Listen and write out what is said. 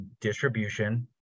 distribution